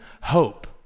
hope